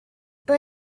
but